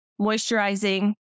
moisturizing